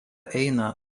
eina